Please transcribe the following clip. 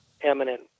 eminent